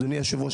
אדוני היושב-ראש,